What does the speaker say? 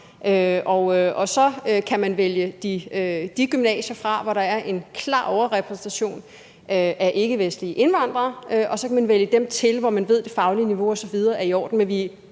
Så kan man vælge de gymnasier fra, hvor der er en klar overrepræsentation af ikkevestlige indvandrere, og så kan man vælge dem til, hvor man ved det faglige niveau osv. er i orden.